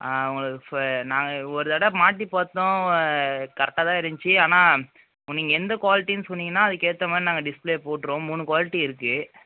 ஆ உங்களுக்கு இப்போ நாங்கள் ஒரு தடவை மாட்டி பார்த்தோம் கரெட்டாக தான் இருந்துச்சு ஆனால் நீங்கள் எந்த குவாலிட்டின்னு சொன்னிங்கன்னா அதுக்கு ஏற்ற மாதிரி நாங்கள் டிஸ்பிளே போட்டுருவோம் மூணு குவாலிட்டி இருக்கு